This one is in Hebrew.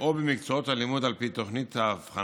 או במקצועות הלימוד על פי תוכנית ההבחנות